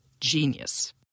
genius